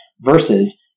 versus